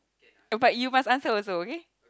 uh but you must answer also okay